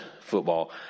football